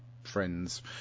friends